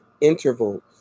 intervals